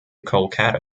kolkata